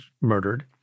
murdered